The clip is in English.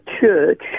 church